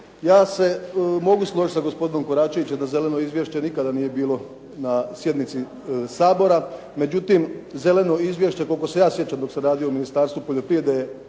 Ja se mogu složiti sa gospodinom Koračevićem da Zeleno izvješće nikada nije bilo na sjednici Sabora, međutim Zeleno izvješće koliko se ja sjećam dok sam radio u Ministarstvu poljoprivrede je